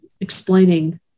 explaining